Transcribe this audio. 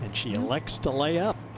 and she elects to lay up.